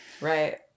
right